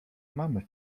mamy